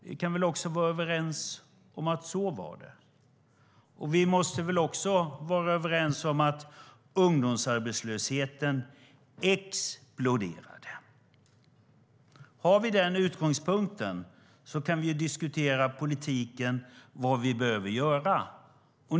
Vi kan väl också vara överens om att det var så. Har vi den utgångspunkten kan vi diskutera politiken och vad vi behöver göra.